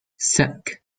cinq